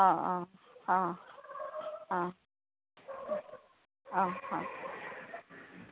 অঁ অঁ অঁ অঁ অঁ অঁ